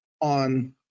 on